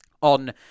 on